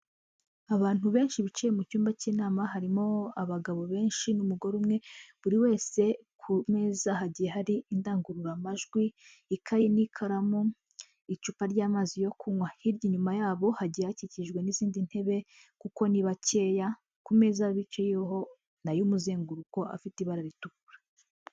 Abantu benshi bicaye mu cyumba cy'inama harimo abagabo benshi n'umugore umwe, buri wese ku meza hagiye hari indangururamajwi, ikayi n'ikaramu, icupa ry'amazi yo kunywa, hirya inyuma yabo hagiye hakikijwe n'izindi ntebe kuko ni bakeya, ku meza biciyeho ni ay'umuzenguruko afite ibara ritukura.